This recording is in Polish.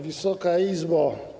Wysoka Izbo!